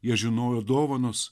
jie žinojo dovanos